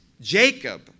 Jacob